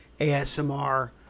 ASMR